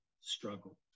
struggle